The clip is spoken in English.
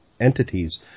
entities